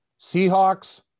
Seahawks